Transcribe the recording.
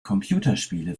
computerspiele